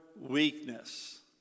weakness